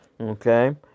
Okay